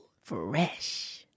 Fresh